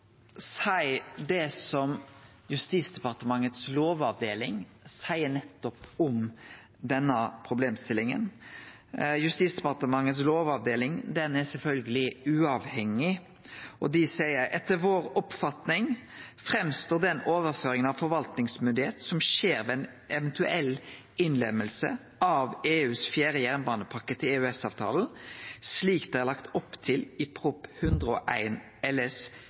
det lovavdelinga i Justisdepartementet seier nettopp om denne problemstillinga. Lovavdelinga i Justisdepartementet er sjølvsagt uavhengig, og dei seier: «Etter vår oppfatning fremstår den overføringen av forvaltningsmyndighet som skjer ved en eventuell innlemmelse av EUs fjerde jernbanepakke til EØS-avtalen, slik det er lagt opp til i